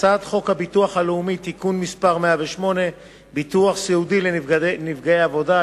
הצעת חוק הביטוח הלאומי (תיקון מס' 108) (ביטוח סיעודי לנפגעי עבודה),